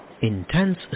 Intense